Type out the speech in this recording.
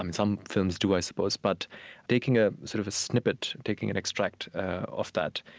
um some films do, i suppose. but taking a sort of snippet, taking an extract of that,